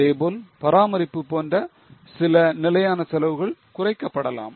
அதேபோல் பராமரிப்பு போன்ற சில நிலையான செலவுகள் குறைக்கப்படலாம்